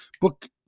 book